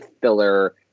filler